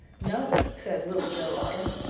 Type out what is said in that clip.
no, said little joe otter.